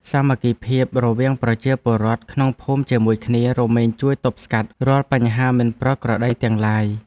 សាមគ្គីភាពរវាងប្រជាពលរដ្ឋក្នុងភូមិជាមួយគ្នា រមែងជួយទប់ស្កាត់រាល់បញ្ហាមិនប្រក្រតីទាំងឡាយ។